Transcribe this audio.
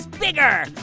bigger